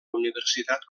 universitat